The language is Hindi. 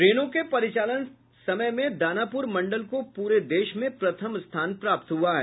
ट्रेनों के परिचालन समय में दानापुर मंडल को पूरे देश में प्रथम स्थान प्राप्त हुआ है